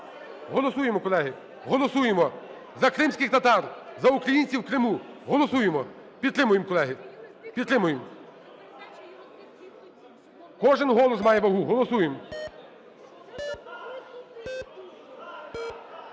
Голосуємо, колеги. Голосуємо! За кримських татар, за українців в Криму. Голосуємо.Підтримаєм, колеги, підтримаєм. Кожен голос має вагу. Голосуємо.